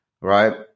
right